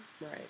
right